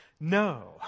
No